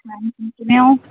ਹਾਂਜੀ ਕਿਵੇਂ ਓ